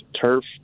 turf